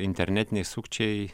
internetiniai sukčiai